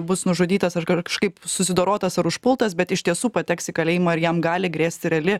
bus nužudytas ar kažkaip susidorotas ar užpultas bet iš tiesų pateks į kalėjimą ir jam gali grėsti reali